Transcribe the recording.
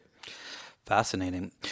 Fascinating